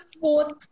fourth